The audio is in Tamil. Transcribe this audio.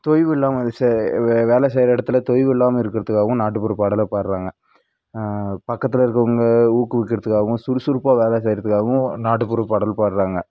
தொய்வு இல்லாமல் ச வேலை செய்யற இடத்துல தொய்வு இல்லாமல் இருக்கிறதுக்காவும் நாட்டுப்புற பாடல பாடுறாங்க பக்கத்தில் இருக்குறவங்க ஊக்குவிக்கிறதுக்காகவும் சுறுசுறுப்பாக வேலை செய்றதுக்காகவும் நாட்டுப்புற பாடல் பாடுறாங்க